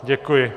Děkuji.